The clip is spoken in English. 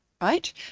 right